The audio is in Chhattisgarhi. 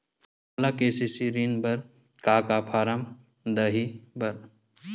मोला के.सी.सी ऋण बर का का फारम दही बर?